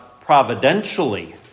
providentially